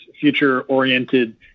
future-oriented